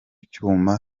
cyuma